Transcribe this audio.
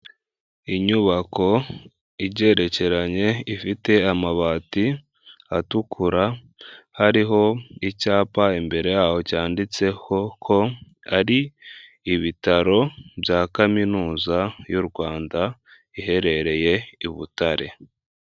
Inyubako igerekeranye ifite amabati atukura hariho icyapa imbere yaho cyanditseho ko ari ibitaro bya kaminuza y'u Rwanda iherereye i Butare.